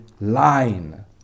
line